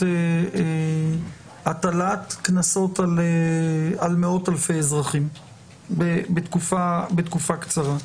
הטלת קנסות על מאות אלפי אזרחים בתקופה קצרה.